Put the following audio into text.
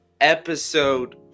episode